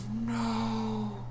No